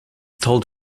told